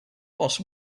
was